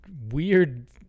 weird